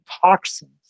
toxins